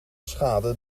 schade